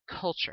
culture